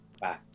Bye